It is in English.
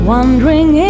Wondering